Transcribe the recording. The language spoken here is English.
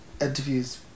interviews